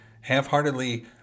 half-heartedly